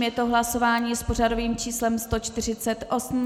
Je to hlasování s pořadovým číslem 148.